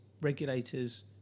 regulators